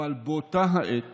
אבל באותה עת